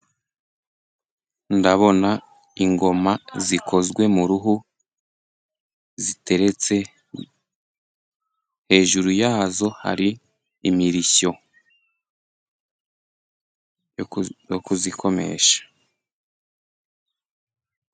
Ndabona ingoma zikozwe mu ruhu ziteretse, hejuru yazo hari imirishyo yo kuzikomesha.